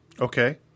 Okay